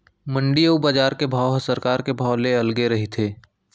मंडी अउ बजार के भाव ह सरकार के भाव ले अलगे रहिथे